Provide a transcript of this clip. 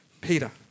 Peter